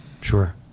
Sure